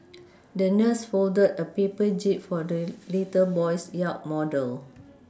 the nurse folded a paper jib for the little boy's yacht model